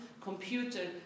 computer